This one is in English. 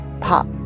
pop